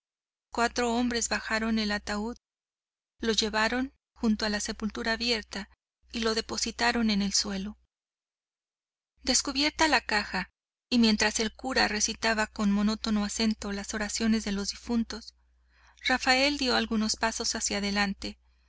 cuatro hombres bajaron el ataúd lo llevaron junto a una sepultura abierta y lo depositaron en el suelo descubierta la caja y mientras el cura recitaba con monótono acento las oraciones de los difuntos rafael dio algunos pasos hacia adelante